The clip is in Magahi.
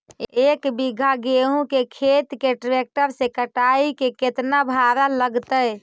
एक बिघा गेहूं के खेत के ट्रैक्टर से कटाई के केतना भाड़ा लगतै?